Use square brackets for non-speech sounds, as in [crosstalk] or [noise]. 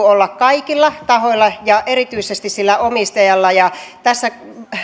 [unintelligible] olla kaikilla tahoilla ja erityisesti sillä omistajalla tässä